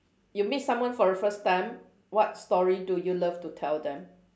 you meet someone for a first time what story do you love to tell them